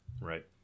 Right